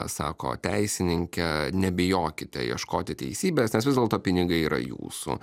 sako teisininkė nebijokite ieškoti teisybės nes vis dėlto pinigai yra jūsų